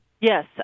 Yes